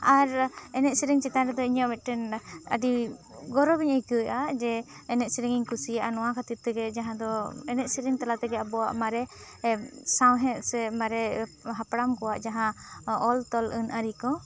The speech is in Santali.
ᱟᱨ ᱮᱱᱮᱡ ᱥᱮᱨᱮᱧ ᱪᱮᱛᱟᱱ ᱨᱮᱫᱚ ᱤᱧᱟᱹᱜ ᱢᱤᱫ ᱴᱮᱱ ᱟᱹᱰᱤ ᱜᱚᱨᱚᱵ ᱤᱧ ᱟᱹᱭᱠᱟᱹᱣ ᱮᱫᱼᱟ ᱡᱮ ᱮᱱᱮᱡ ᱥᱮᱨᱮᱧ ᱤᱧ ᱠᱩᱥᱤᱭᱟᱜᱼᱟ ᱱᱚᱣᱟ ᱠᱷᱟᱹᱛᱤᱨ ᱛᱮᱜᱮ ᱡᱟᱦᱟᱸ ᱫᱚ ᱮᱱᱮᱡ ᱥᱮᱨᱮᱧ ᱛᱟᱞᱟ ᱛᱮᱜᱮ ᱟᱵᱚᱣᱟᱜ ᱢᱟᱨᱮ ᱥᱟᱶᱦᱮᱫ ᱥᱮ ᱢᱟᱨᱮ ᱦᱟᱯᱲᱟᱢ ᱠᱚᱣᱟᱜ ᱡᱟᱦᱟᱸ ᱚᱞ ᱛᱚᱞ ᱟᱹᱨᱤ ᱠᱚ